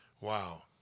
Wow